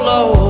Low